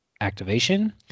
activation